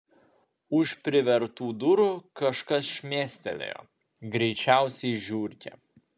už privertų durų kažkas šmėstelėjo greičiausiai žiurkė